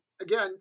again